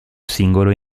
singolo